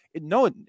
No